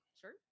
Sure